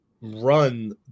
run